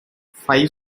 five